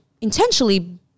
intentionally